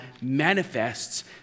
manifests